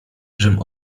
żem